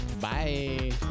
Bye